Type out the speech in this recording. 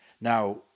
Now